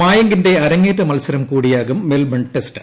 മായങ്കിന്റെ അരങ്ങേറ്റ മത്സരം കൂടിയാകും മെൽബൺ ടെസ്റ്റ്